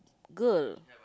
girl